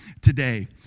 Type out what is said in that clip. today